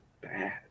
bad